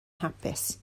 hapus